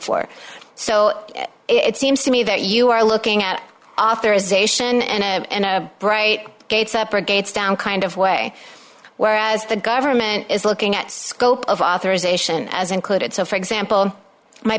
for so it seems to me that you are looking at authorization and bright gates up or gates down kind of way whereas the government is looking at scope of authorization as included so for example my